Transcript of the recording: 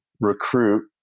recruit